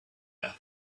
earth